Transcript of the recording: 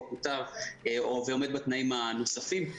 או פוטר או עומד בתנאים הנוספים.